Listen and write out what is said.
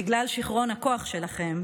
בגלל שיכרון הכוח שלכם,